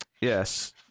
yes